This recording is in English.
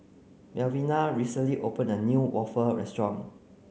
Melvina recently opened a new waffle restaurant